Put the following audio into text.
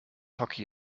hockey